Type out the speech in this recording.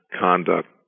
conduct